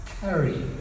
carry